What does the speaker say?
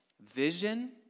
vision